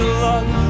love